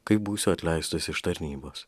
kai būsiu atleistas iš tarnybos